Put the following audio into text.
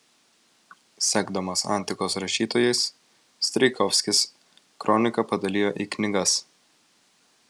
sekdamas antikos rašytojais strijkovskis kroniką padalijo į knygas